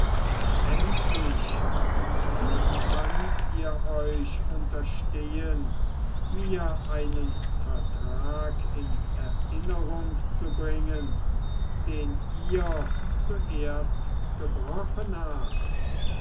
endlich wie könnt ihr euch unterstehen mir einen vertrag in erinnerung zu bringen den ihr zuerst gebrochen habt